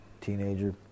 teenager